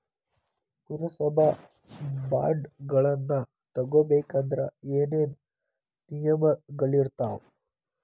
ಪುರಸಭಾ ಬಾಂಡ್ಗಳನ್ನ ತಗೊಬೇಕಂದ್ರ ಏನೇನ ನಿಯಮಗಳಿರ್ತಾವ?